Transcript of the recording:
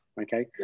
okay